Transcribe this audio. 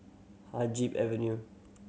Haig Avenue